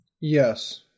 Yes